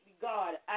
God